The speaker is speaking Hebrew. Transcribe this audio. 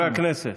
חברי הכנסת.